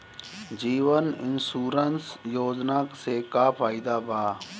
जीवन insurance योजना से का फायदा बा?